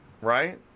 right